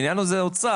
העניין זה האוצר.